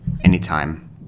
anytime